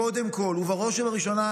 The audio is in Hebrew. קודם כול ובראש ובראשונה,